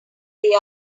they